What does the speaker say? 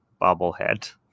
bobblehead